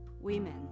women